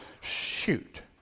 Shoot